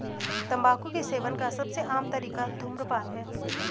तम्बाकू के सेवन का सबसे आम तरीका धूम्रपान है